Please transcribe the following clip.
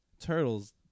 Turtles